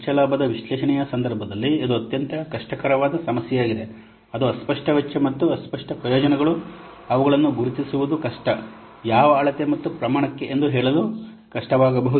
ವೆಚ್ಚ ಲಾಭದ ವಿಶ್ಲೇಷಣೆಯ ಸಂದರ್ಭದಲ್ಲಿ ಇದು ಅತ್ಯಂತ ಕಷ್ಟಕರವಾದ ಸಮಸ್ಯೆಯಾಗಿದೆ ಅದು ಅಸ್ಪಷ್ಟ ವೆಚ್ಚ ಮತ್ತು ಅಸ್ಪಷ್ಟ ಪ್ರಯೋಜನಗಳು ಅವುಗಳನ್ನು ಗುರುತಿಸುವುದು ಕಷ್ಟ ಯಾವ ಅಳತೆ ಮತ್ತು ಪ್ರಮಾಣಕ್ಕೆ ಎಂದು ಹೇಳಲು ಕಷ್ಟವಾಗಬಹುದು